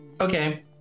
okay